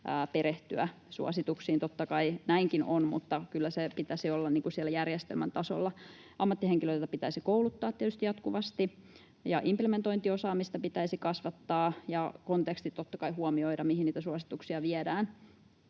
perehtyä suosituksiin — totta kai näinkin on, mutta kyllä sen pitäisi olla siellä järjestelmän tasolla. Ammattihenkilöitä pitäisi kouluttaa tietysti jatkuvasti, ja implementointiosaamista pitäisi kasvattaa ja totta kai huomioida konteksti, mihin niitä suosituksia viedään.